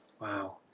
Wow